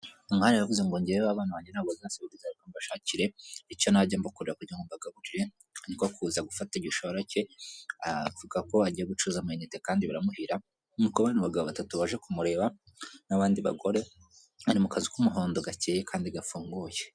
Umwari yaravuze ngo njyewe abana banjye ntabwo bazasonza reka mbashakire kugirango mbagabu, niko kuza gufata igishoro cye avuga ko agiye gucuruza amayinite kandi biramuhira, abagabo batatu baje kumureba n'abandi bagore, bari mu kazu k'umuhondo gakeye kandi gafunguye.